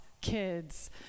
kids